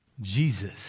Jesus